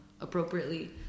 appropriately